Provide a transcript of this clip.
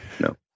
no